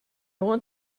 want